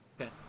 Okay